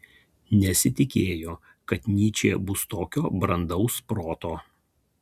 nesitikėjo kad nyčė bus tokio brandaus proto